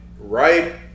Right